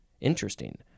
Interesting